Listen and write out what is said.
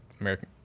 American